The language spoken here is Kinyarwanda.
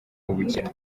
ubukira